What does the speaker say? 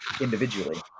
individually